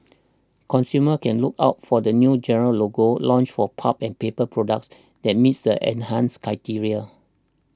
consumers can look out for the new green logo launched for pulp and paper products that missed enhanced criteria